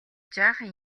жаахан